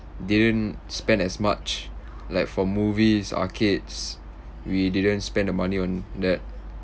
didn't spend as much like for movies arcades we didn't spend the money on that